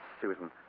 Susan